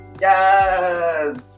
Yes